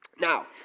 Now